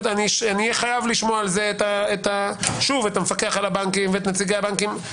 ואני אהיה חייב לשמוע על זה שוב את המפקח על הבנקים ואת נציגי הבנקים,